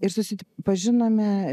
ir susipažinome